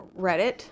Reddit